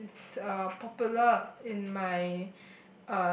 that is uh popular in my